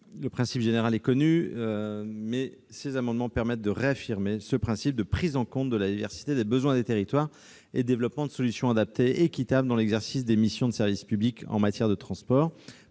l'avis de la commission ? Ces trois amendements identiques visent à réaffirmer le principe de prise en compte de la diversité des besoins des territoires et de développement de solutions adaptées équitables dans l'exercice des missions de service public en matière de transports